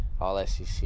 All-SEC